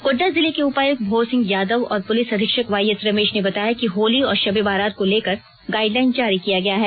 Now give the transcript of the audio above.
गोड्डा जिले के उपायुक्त भोर सिंह यादव और पुलिस अधीक्षक वाईएस रमेश ने बताया कि होली और शबे बरात को लेकर गाइडलाइन जारी किया गया है